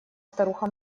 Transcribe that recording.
старуха